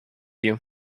you